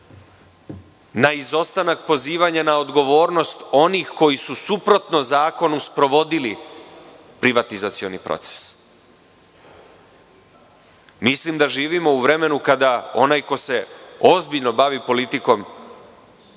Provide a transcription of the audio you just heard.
na izostanak pozivanja na odgovornost onih koji su suprotno Zakonu sprovodili privatizacioni proces. Mislim da živimo u vremenu kada onaj ko se ozbiljno bavi politikom